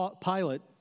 Pilate